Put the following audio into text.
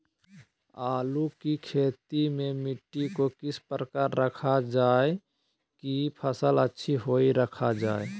आलू की खेती में मिट्टी को किस प्रकार रखा रखा जाए की फसल अच्छी होई रखा जाए?